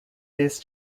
this